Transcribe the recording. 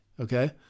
okay